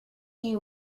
you